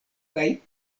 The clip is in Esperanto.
kaj